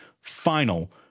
final